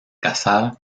casada